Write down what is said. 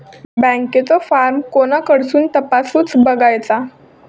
बँकेचो फार्म कोणाकडसून तपासूच बगायचा?